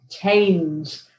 change